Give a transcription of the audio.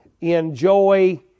enjoy